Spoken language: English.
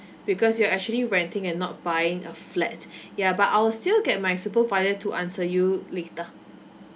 because you're actually renting and not buying a flat ya but I'll still get my supervisor to answer you later